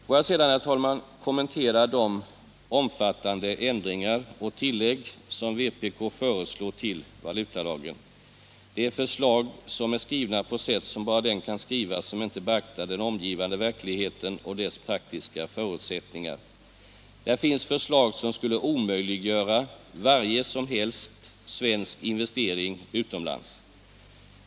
Får jag sedan, herr talman, kommentera de omfattande ändringar och tillägg som vpk föreslår till valutalagen. Det är förslag som är skrivna så som bara den kan skriva som inte beaktar den omgivande verkligheten och dess praktiska förutsättningar. Där finns förslag som skulle omöjliggöra varje som helst svensk investering utomlands.